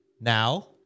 Now